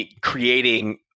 creating